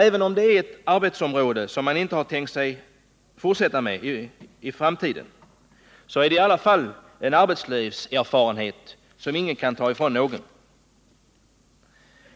Även om det är inom ett arbetsområde som man inte har tänkt sig fortsätta med i framtiden, så är det i alla fall en arbetslivserfarenhet som ingen kan ta ifrån någon.